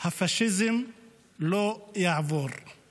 "הפשיזם לא יעבור";